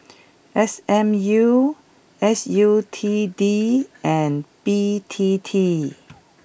S M U S U T D and B T T